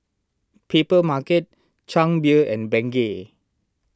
Papermarket Chang Beer and Bengay